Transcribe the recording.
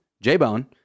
J-Bone